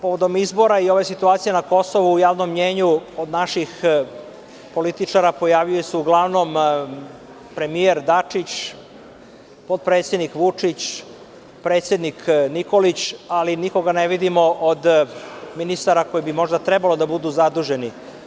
Povodom izbora i ove situacije na Kosovu, u javnom mnjenju od naših političara pojavljuje se uglavnom premijer Dačić, potpredsednik Vučić, predsednik Nikolić, ali nikoga ne vidimo od ministara koji bi možda trebalo da budu zaduženi.